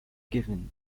given